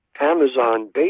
Amazon